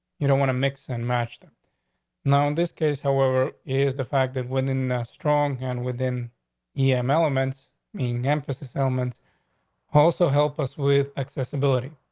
you don't want to mix and match them now. in this case, however, is the fact that women, ah, strong and within yeah them elements i mean emphasis elements also help us with accessibility.